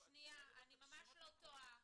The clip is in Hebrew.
אני ממש לא טועה.